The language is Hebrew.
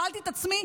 שאלתי את עצמי,